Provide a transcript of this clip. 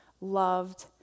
loved